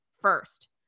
first